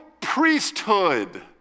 priesthood